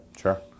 Sure